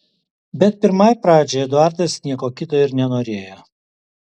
bet pirmai pradžiai eduardas nieko kito ir nenorėjo